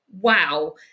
wow